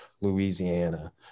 louisiana